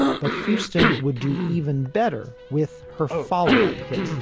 but houston would do even better with her follow up hits